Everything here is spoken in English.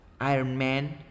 Ironman